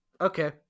Okay